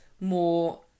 more